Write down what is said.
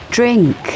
Drink